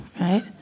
right